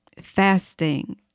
fasting